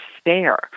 stare